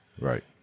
right